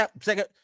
second